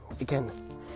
again